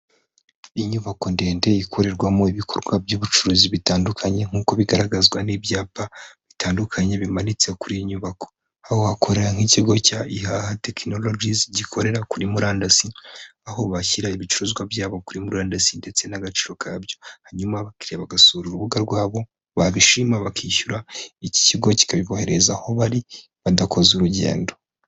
Inyubako ndende ikorerwamo ibikorwa by'ubucuruzi bitandukanye nk'uko bigaragazwa n'ibyapa bitandukanye bimanitse kuri iyi nyubako. Aho hakorera nk'ikigo cya ihaha tekinorojizi gikorera kuri murandasi. Aho bashyira ibicuruzwa byabo kuri murandasi ndetse n'agaciro ka byo. Hanyuma abakiriya bagasura urubuga rwabo babishima bakishyura iki kigo kikabiboherereza aho bari badakoze urugendo.